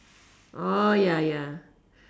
orh ya ya